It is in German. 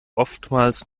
oftmals